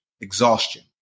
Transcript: Exhaustion